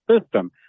system